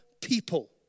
people